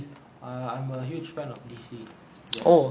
err I'm a huge fan of D_C yes